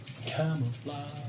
camouflage